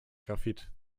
graphit